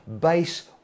base